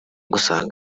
gusanga